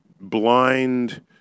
blind